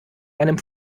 einem